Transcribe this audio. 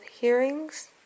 Hearings